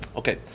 okay